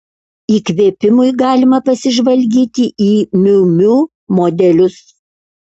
įkvėpimui galima pasižvalgyti į miu miu modelius